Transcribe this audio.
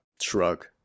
shrug